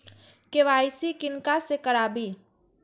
KYC किनका से कराबी?